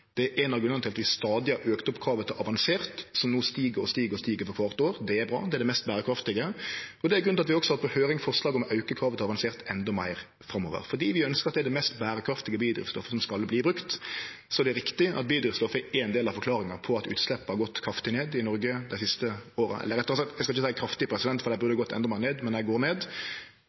Det er ein av grunnane til at vi stadig har auka kravet til avansert, som no stig for kvart år. Det er bra, det er det mest berekraftige, og det er grunnen til at vi også har på høyring forslag om å auke kravet til avansert endå meir framover – fordi vi ønskjer at det er det mest berekraftige biodrivstoffet som skal verte brukt. Så er det riktig at biodrivstoff er éin del av forklaringa på at utsleppa har gått kraftig ned i Noreg dei siste åra – eller rettare sagt, eg skal ikkje seie kraftig, for dei burde ha gått endå meir ned, men dei går ned.